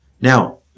Now